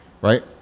right